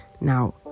Now